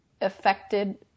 affected